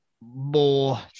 more